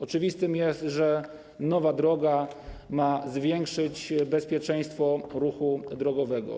Oczywiste jest, że nowa droga ma zwiększyć bezpieczeństwo ruchu drogowego.